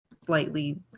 slightly